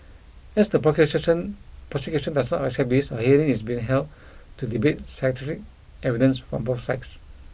as the prosecution prosecution does not accept this a hearing is being held to debate psychiatric evidence from both sides